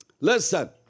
Listen